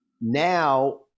Now